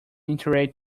iterator